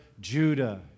Judah